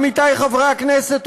עמיתי חברי הכנסת,